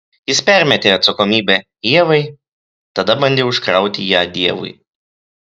jis permetė atsakomybę ievai tada bandė užkrauti ją dievui